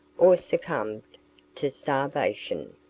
or succumbed to starvation.